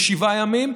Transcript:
לשבעה ימים,